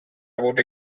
about